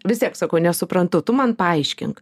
vis tiek sakau nesuprantu tu man paaiškink